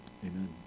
amen